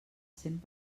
cent